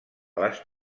les